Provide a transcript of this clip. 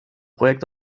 projekt